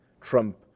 trump